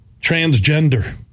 transgender